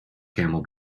camel